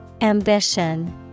Ambition